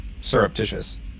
surreptitious